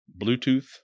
Bluetooth